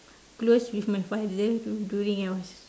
close with my father dur~ during I was